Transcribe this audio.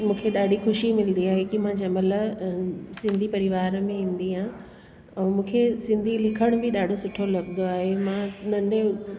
मूंखे ॾाढी ख़ुशी मिलदी आहे की मां जंहिंमहिल अ सिंधी परिवार में ईंदी आहियां ऐं मूंखे सिंधी लिखण बि ॾाढो सुठो लॻदो आहे मां नंढे